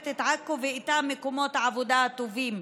את עכו ואיתה מקומות העבודה הטובים.